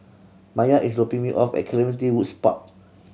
Maiya is dropping me off at Clementi Woods Park